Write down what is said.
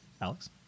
Alex